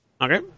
Okay